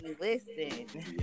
listen